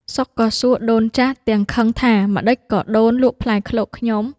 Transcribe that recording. សុខក៏សួរដូនចាស់ទាំងខឹងថា “ម្តេចក៏ដូនលក់ផ្លែឃ្លោកខ្ញុំ?”។